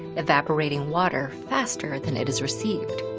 evaporating water faster than it is received.